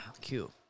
Cute